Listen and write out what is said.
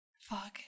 fuck